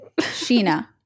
Sheena